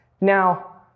Now